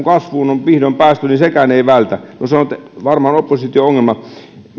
kasvuun on vihdoin päästy niin sekään ei vältä no se on varmaan opposition ongelma